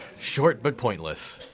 short but pointless.